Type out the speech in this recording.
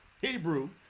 Hebrew